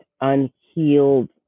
unhealed